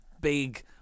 big